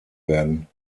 werden